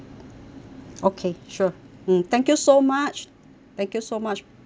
okay sure mm thank you so much thank you so much